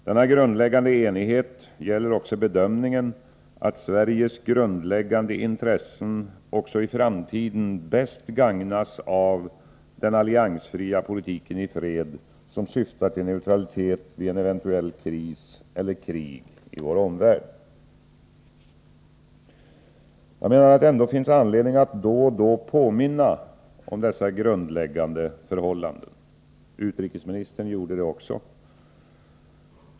Denna grundläggande enighet gäller också bedömningen att Sveriges grundläggande intressen även i framtiden bäst gagnas av den alliansfria politiken i fred, syftande till neutralitet vid en eventuell kris eller krig i vår omvärld. Jag menar att det ändå finns anledning att då och då påminna om dessa grundläggande förhållanden. Utrikesministern gjorde det också.